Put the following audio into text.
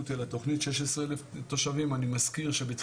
המקומיות (הוראת שעה) (שינוי התוספת הראשונה לחוק) (מס' 2),